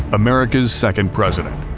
america's second president.